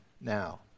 now